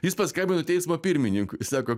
jis paskambino teismo pirmininkui sako